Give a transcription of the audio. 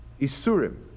Isurim